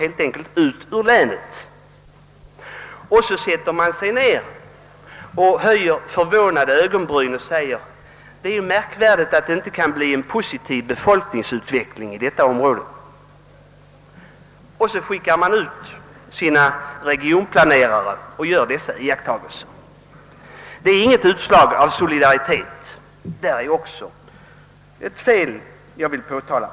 Efter allt detta skickar man ut sina regionplanerare och höjer förvånat på ögonbrynen över deras iakttagelser och tycker att det är märkligt att det inte kan bli en positiv befolkningsutveckling i detta område. Det är inget utslag av solidaritet. Det är en felaktig inställning från samhällsplanerarnas sida som jag ville påtala.